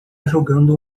jogando